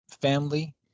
Family